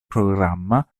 programma